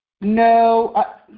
No